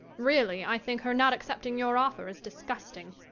really, i think her not accepting your offer is disgusting.